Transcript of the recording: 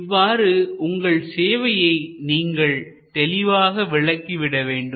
இவ்வாறு உங்கள் சேவையை நீங்கள் தெளிவாக விளக்கிவிட வேண்டும்